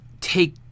take